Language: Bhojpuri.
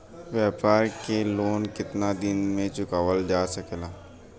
व्यापार के लोन कितना दिन मे चुकावल जा सकेला?